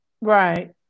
Right